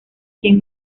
quien